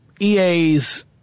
EA's